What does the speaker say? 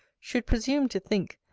should presume to think,